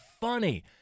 funny